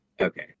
okay